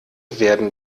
werden